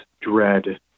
dread